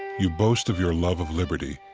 you boast of your love of liberty,